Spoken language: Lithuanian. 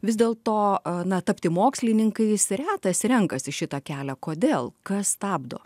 vis dėl to na tapti mokslininkais retas renkasi šitą kelią kodėl kas stabdo